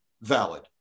valid